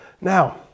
Now